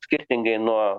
skirtingai nuo